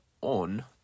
on